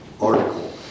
article